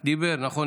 דיבר, נכון.